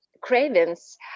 Cravings